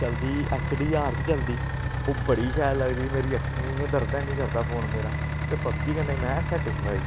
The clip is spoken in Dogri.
चलदी ऐच डी आर च चलदी ओह् बड़ी शैल लगदी मेरी अक्खें इ'यां दर्द ऐ निं करदा फोन मेरा ते पबजी कन्नै में सैटिसफाई